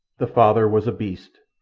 the father was a beast,